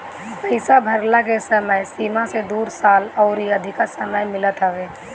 पईसा भरला के समय सीमा से दू साल अउरी अधिका समय मिलत हवे